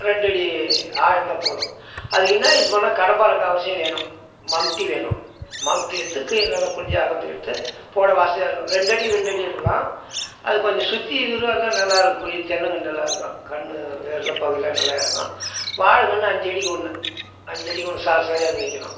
ரெண்டடி ஆழம் இருந்தால் போதும் அதுக்கு என்னா யூஸ் பண்ணலாம் கடப்பாறை க அவசியம் வேணும் மம்முட்டி வேணும் மம்முட்டி எடுத்து கீழே நல்லா குனிஞ்சு அகலத்துக்கு எடுத்து போட வசதியாக இருக்கும் ரெண்டடிக்கு ரெண்டடி எடுக்கலாம் அது கொஞ்சம் சுற்றி இதுருவா இருந்தால் நல்லாயிருக்கும் குழி தென்னக்கன்று நல்லாயிருக்கும் கன்று வேர் பகுதிலாம் நல்லா இறங்கும் வாழைக்கன்னு அஞ்சடிக்கு ஒன்று அஞ்சடிக்கு ஒன்று சாரை சாரையா அது வைக்கணும்